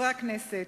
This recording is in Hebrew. חברי הכנסת,